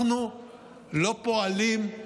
אנחנו לא פועלים,